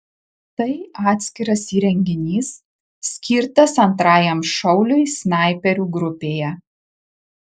tai atskiras įrenginys skirtas antrajam šauliui snaiperių grupėje